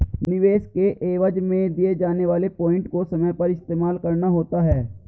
निवेश के एवज में दिए जाने वाले पॉइंट को समय पर इस्तेमाल करना होता है